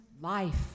life